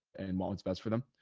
and while it's best for them,